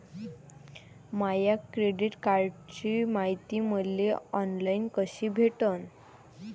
माया credit कार्डची मायती मले ऑनलाईन कसी भेटन?